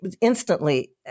instantly